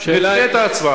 זה ישפר את השירות,